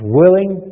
willing